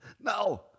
No